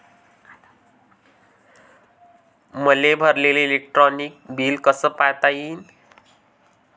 मले भरलेल electric bill कस पायता येईन?